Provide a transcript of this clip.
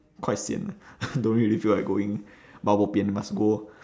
quite sian lah don't really feel like going but bo pian must go